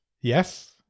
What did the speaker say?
Yes